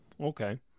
okay